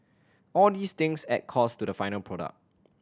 all these things add costs to the final product